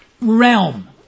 realm